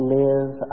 live